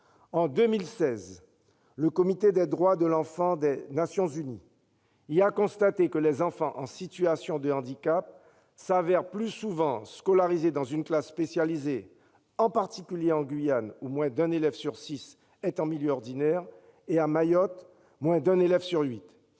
En 2016, le Comité des droits de l'enfant des Nations unies y a constaté que les enfants en situation de handicap sont plus souvent scolarisés dans une classe spécialisée, en particulier en Guyane, où moins d'un élève sur six est en milieu ordinaire, et à Mayotte, où moins d'un élève sur huit